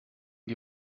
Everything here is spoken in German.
die